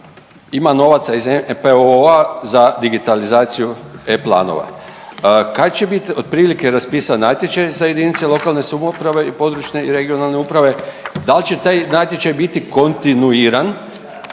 ima novaca NPOO-a za digitalizaciju e-Planova, kad će bit otprilike bit raspisan natječaj za jedinice lokalne samouprave i područne i regionalne uprave, dal će taj natječaj bit kontinuiran